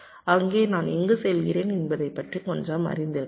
அங்கே நான் எங்கு செல்கிறேன் என்பதைப் பற்றி கொஞ்சம் அறிந்திருக்கலாம்